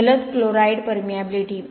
जलद chloride permeability